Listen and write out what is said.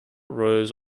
rose